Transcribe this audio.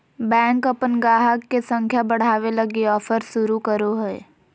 bank अपन गाहक के संख्या बढ़ावे लगी ऑफर शुरू करो हय